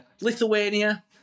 Lithuania